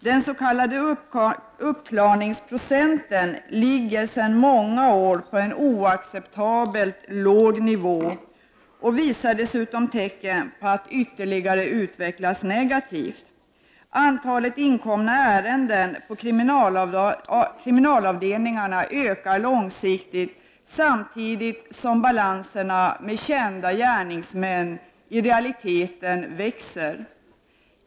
Den s.k. uppklarningsprocenten ligger sedan många år på en oacceptabelt låg nivå och visar dessutom tecken på att ytterligare utvecklas negativt. Antalet inkomna ärenden på kriminalavdelningarna ökar på lång sikt samtidigt som balanserna av brott med kända gärningsmän i realiteten växer.